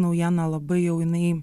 naujiena labai jau jinai